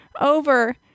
over